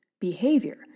behavior